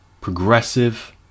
progressive